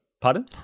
Pardon